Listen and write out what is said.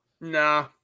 Nah